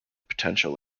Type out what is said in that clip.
potential